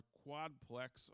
quadplex